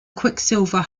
quicksilver